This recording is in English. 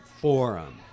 forum